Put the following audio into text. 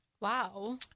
Wow